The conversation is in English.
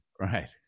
right